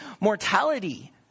mortality